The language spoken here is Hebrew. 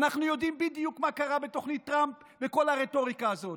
ואנחנו יודעים בדיוק מה קרה בתוכנית טראמפ וכל הרטוריקה הזאת.